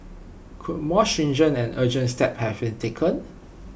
could more stringent and urgent steps have been taken